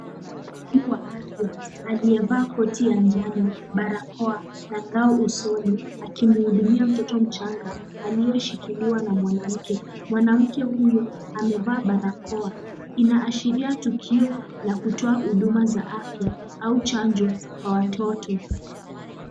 Mhudumu wa afya aliyevaa koti ya njano, barakoa na ngao usoni akimhudumia mtoto mchanga, aliyeshikiliwa na mwanamke. Mwanamke huyo amevaa barakoa. Inaashiria tukio la kutoa huduma za afya au chanjo kwa watoto.